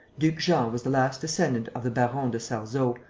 duc jean was the last descendant of the barons de sarzeau,